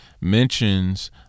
mentions